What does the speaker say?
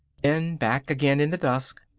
then back again in the dusk,